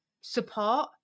support